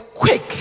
quick